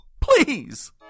please